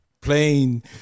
playing